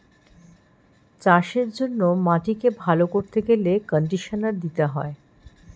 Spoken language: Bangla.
চাষের জন্য মাটিকে ভালো করতে গেলে কন্ডিশনার দিতে হয়